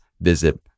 visit